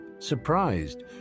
Surprised